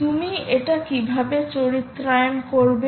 তুমি এটা কীভাবে চরিত্রায়ন করবে